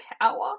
power